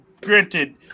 granted